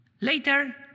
later